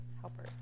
helper